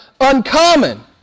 uncommon